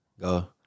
Go